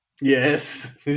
Yes